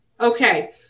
okay